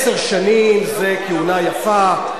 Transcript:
עשר שנים זה כהונה יפה,